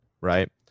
Right